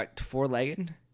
Four-legged